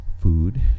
food